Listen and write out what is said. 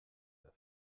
neuf